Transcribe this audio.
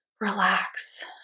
Relax